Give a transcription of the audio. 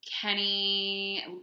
Kenny